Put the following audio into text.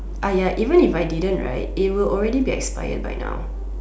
ya even if I didn't right it would already be expire by now